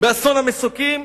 באסון המסוקים?